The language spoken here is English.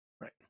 Right